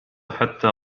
حتى